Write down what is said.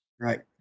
Right